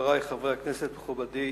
חברי חברי הכנסת, מכובדי